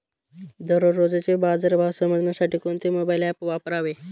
दररोजचे बाजार भाव समजण्यासाठी कोणते मोबाईल ॲप वापरावे?